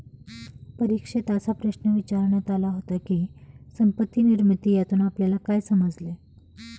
परीक्षेत असा प्रश्न विचारण्यात आला होता की, संपत्ती निर्मिती यातून आपल्याला काय समजले?